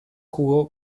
jugó